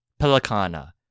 Pelicana